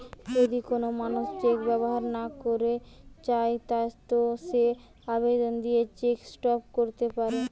যদি কোন মানুষ চেক ব্যবহার না কইরতে চায় তো সে আবেদন দিয়ে চেক স্টপ ক্যরতে পারে